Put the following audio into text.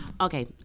Okay